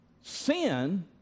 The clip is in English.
sin